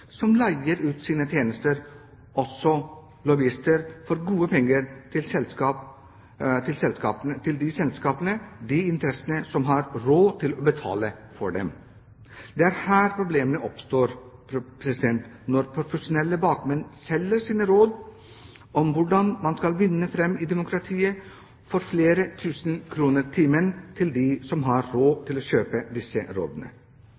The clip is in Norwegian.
som leier ut sine tjenester, også lobbyister, for gode penger til de selskapene og de interessene som har råd til å betale for dem. Det er her problemene oppstår, når profesjonelle bakmenn selger sine råd om hvordan man skal vinne fram i demokratiet, for flere tusen kroner timen, til dem som har råd til å kjøpe disse rådene.